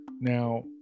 Now